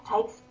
takes